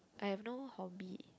I have no hobby